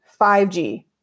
5G